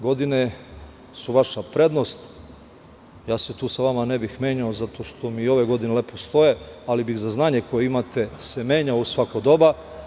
Godine su vaša prednost, ja se tu sa vama ne bih menjao, zato što mi ove godine lepo stoje, ali bih za znanje koje imate se menjao u svako doba.